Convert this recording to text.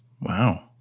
Wow